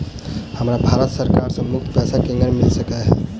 हमरा भारत सरकार सँ मुफ्त पैसा केना मिल सकै है?